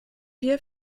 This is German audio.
wir